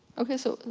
ok, so.